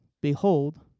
behold